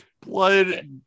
Blood